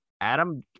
Adam